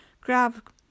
grab